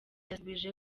yasubije